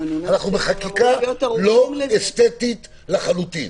אנחנו בחקיקה לא אסתטית לחלוטין.